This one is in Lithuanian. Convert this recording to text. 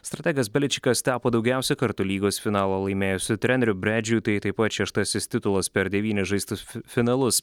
strategas beličikas tapo daugiausiai kartų lygos finalą laimėjusių trenerių briadžiui tai taip pat šeštasis titulas per devynis žaistus finalus